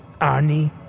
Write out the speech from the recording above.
Arnie